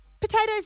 potatoes